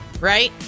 right